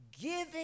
giving